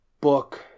book